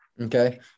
Okay